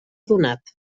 donat